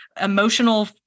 emotional